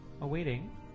awaiting